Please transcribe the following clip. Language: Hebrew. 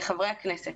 לחברי הכנסת,